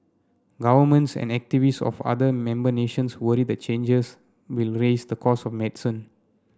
governments and activists of other member nations worry the changes will raise the costs of medicine